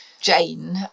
Jane